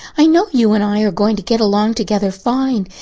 i know you and i are going to get along together fine.